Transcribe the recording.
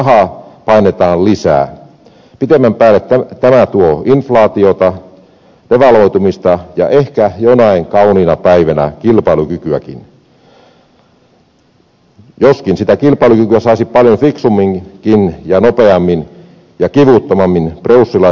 pitemmän päälle tämä tuo inflaatiota devalvoitumista ja ehkä jonain kauniina päivänä kilpailukykyäkin joskin sitä kilpailukykyä saisi paljon fiksumminkin ja nopeammin ja kivuttomammin preussilaisella kurilla